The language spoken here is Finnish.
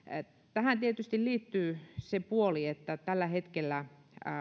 tähän tietysti liittyy se puoli että tällä hetkellä